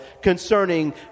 concerning